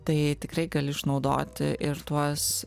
tai tikrai gali išnaudoti ir tuos